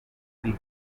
buri